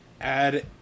add